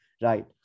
Right